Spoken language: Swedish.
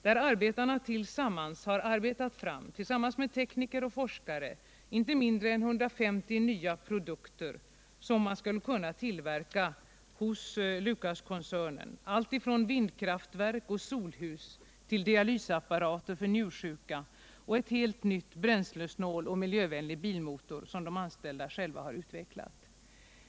Där har arbetarna tillsammans med tekniker och forskare tagit fram inte mindre än 150 nya produkter som skulle kunna tillverkas hos Lucaskoncernen, allt ifrån vindkraftverk och solhus till dialysapparater för njursjuka och en helt ny bränslesnål och miljövänlig bilmotor, som de anställda själva har utvecklat.